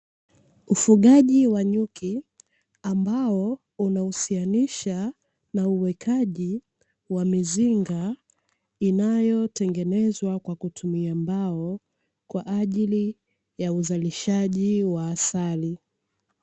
Ufugaji wa nyuki ambao unahusianisha na uwekaji wa mizinga inayotengenezwa kwa kutumia mbao, kwa ajili ya uzalishaji wa asali.